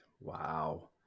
Wow